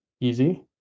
easy